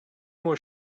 was